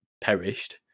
perished